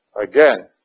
Again